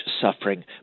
suffering